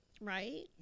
right